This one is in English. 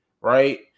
Right